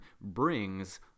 brings